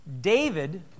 David